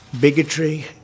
bigotry